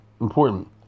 important